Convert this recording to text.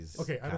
Okay